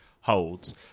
holds